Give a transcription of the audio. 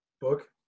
Book